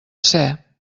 ser